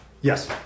Yes